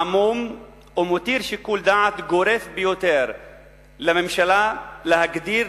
עמום ומותיר שיקול דעת גורף ביותר לממשלה להגדיר,